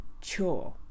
chore